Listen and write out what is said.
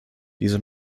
diese